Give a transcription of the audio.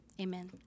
Amen